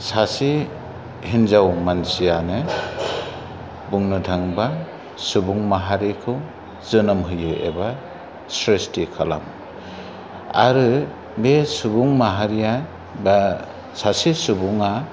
सासे हिन्जाव मानसियानो बुंनो थाङोबा सुबुं माहारिखौ जोनोम होयो एबा स्रिसथि खालामो आरो बे सुबुं माहारिया बा सासे सुबुङा